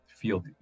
Feel